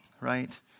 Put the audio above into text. Right